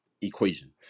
equation